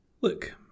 Look